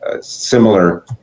similar